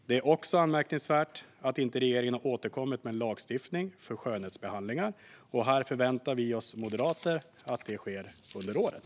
Det är också anmärkningsvärt att regeringen inte har återkommit med förslag till lagstiftning för skönhetsbehandlingar. Här förväntar vi moderater oss att det sker under året.